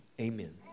Amen